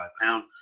pound